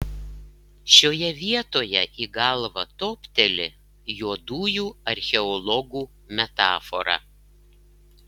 šioje vietoje į galvą topteli juodųjų archeologų metafora